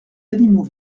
animaux